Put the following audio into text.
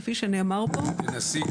כפי שנאמר פה --- תנסי,